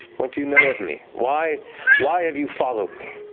what do you know of me? why why have you followed me?